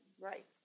Right